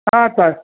हां चालेल